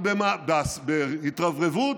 בהתרברבות,